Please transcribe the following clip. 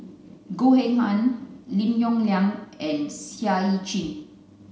Goh Eng Han Lim Yong Liang and Seah Eu Chin